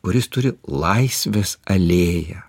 kuris turi laisvės alėją